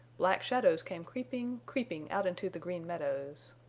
black shadows came creeping, creeping out into the green meadows.